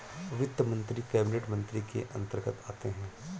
वित्त मंत्री कैबिनेट मंत्री के अंतर्गत आते है